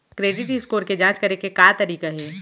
Credit score के जाँच करे के का तरीका हे?